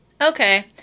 okay